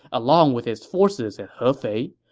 along with his forces at hefei.